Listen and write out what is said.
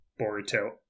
boruto